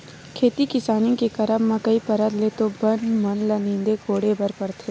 खेती किसानी के करब म कई परत ले तो बन मन ल नींदे कोड़े बर परथे